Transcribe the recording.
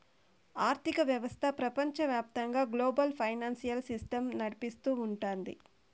ఆర్థిక వ్యవస్థ ప్రపంచవ్యాప్తంగా గ్లోబల్ ఫైనాన్సియల్ సిస్టమ్ నడిపిస్తూ ఉంటది